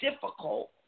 difficult